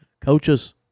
coaches